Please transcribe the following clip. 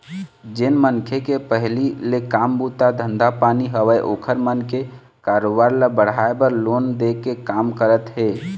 जेन मनखे के पहिली ले काम बूता धंधा पानी हवय ओखर मन के कारोबार ल बढ़ाय बर लोन दे के काम करत हे